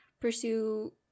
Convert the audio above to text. pursue